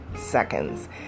seconds